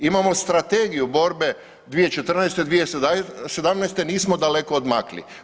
Imamo Strategiju borbe 2014.-2017., nismo daleko odmakli.